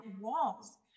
walls